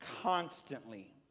constantly